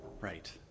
right